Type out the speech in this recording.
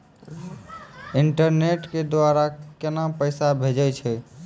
Internet के द्वारा केना पैसा भेजय छै?